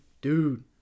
dude